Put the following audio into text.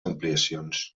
ampliacions